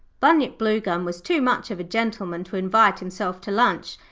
bunyip bluegum was too much of a gentleman to invite himself to lunch,